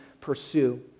pursue